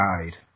died